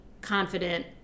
confident